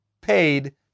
paid